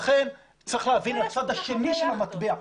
מאיפה יש כל כך הרבה יכטות?